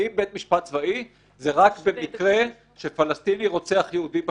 האם בית משפט צבאי זה רק במקרה שפלסטיני רוצח יהודי בשטחים?